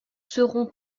serons